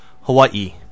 Hawaii